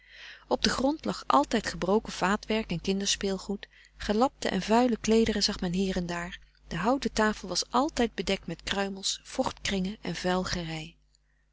op den grond lag altijd gebroken vaatwerk en kinderspeelgoed gelapte en vuile kleederen zag men hier en daar de houten tafel was altijd bedekt met kruimels vocht kringen en vuil